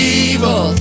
evil